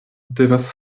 devas